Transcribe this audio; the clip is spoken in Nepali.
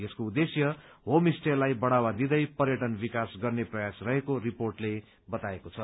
यसको उद्देश्य होम स्टेलाई बढ़ावा दिँदै पर्यटन विकास गर्ने प्रयास रहेको रिपोर्टले बताएको छ